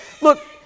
Look